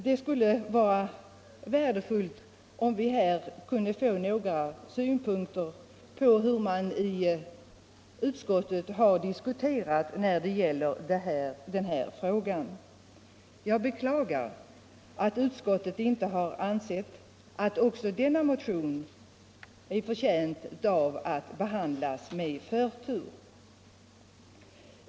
Det vore värdefullt om vi här kunde få några upplysningar om hur utskottet ser på denna fråga. Jag beklagar att utskottet inte har ansett att också denna motion är förtjänt av att behandlas med förtur.